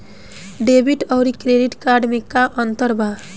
Debit आउर credit card मे का अंतर बा?